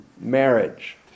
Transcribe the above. marriage